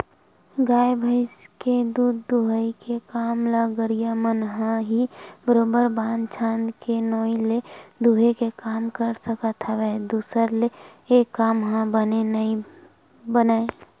गाय भइस के दूद दूहई के काम ल गहिरा मन ह ही बरोबर बांध छांद के नोई ले दूहे के काम कर सकत हवय दूसर ले ऐ काम ह बने नइ बनय